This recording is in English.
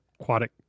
aquatic